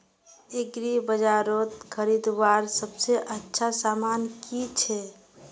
एग्रीबाजारोत खरीदवार सबसे अच्छा सामान की छे?